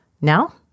Now